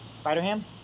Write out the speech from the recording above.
Spider-Ham